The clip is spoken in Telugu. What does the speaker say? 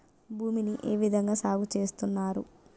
భూమిని ఏ విధంగా సాగు చేస్తున్నారు?